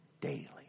daily